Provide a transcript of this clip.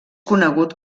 conegut